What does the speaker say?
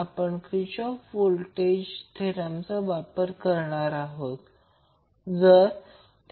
तर जर Vab 200 210 असेल जर Vab आणि Zy ला येथे भरले तर 2